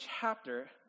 chapter